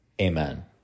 Amen